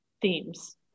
themes